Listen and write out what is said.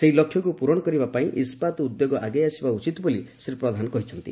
ସେହି ଲକ୍ଷ୍ୟକୁ ପୂରଣ କରିବା ପାଇଁ ଇସ୍କାତ୍ ଉଦ୍ୟୋଗ ଆଗେଇ ଆସିବା ଉଚିତ୍ ବୋଲି ଶ୍ରୀ ପ୍ରଧାନ କହିଛନ୍ତି